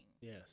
Yes